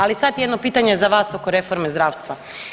Ali sada jedno pitanje za vas oko reforme zdravstva.